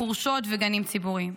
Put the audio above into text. חורשות וגנים ציבוריים.